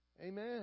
Amen